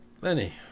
Lenny